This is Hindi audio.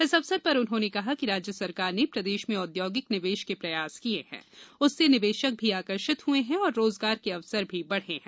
इस अवसर पर उन्होंने कहा कि राज्य सरकार ने प्रदेश में औद्योगिक निवेश के प्रयास किये है उससे निवेशक भी आकर्षित हए हैं और रोजगार के अवसर भी बढ़े हैं